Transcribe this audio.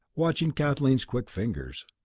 watching kathleen's quick fingers.